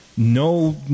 No